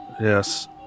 Yes